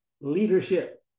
leadership